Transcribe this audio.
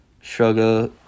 Sugar